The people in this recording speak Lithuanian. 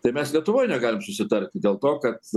tai mes lietuvoj negalim susitarti dėl to kad